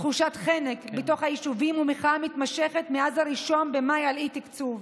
תחושת חנק בתוך היישובים ומחאה מתמשכת מאז 1 במאי על אי-תקצוב,